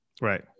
right